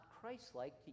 Christ-like